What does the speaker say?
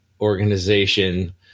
organization